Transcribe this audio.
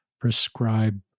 prescribe